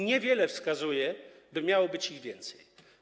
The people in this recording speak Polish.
Niewiele wskazuje, by miało być ich więcej.